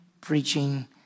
preaching